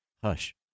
hush